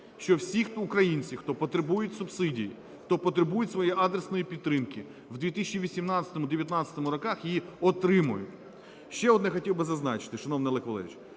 що всі українці, хто потребує субсидій, хто потребує своєї адресної підтримки, в 2018-2019 роках її отримають. Ще одне хотів би зазначити, шановний Олег Валерійович.